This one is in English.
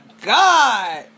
God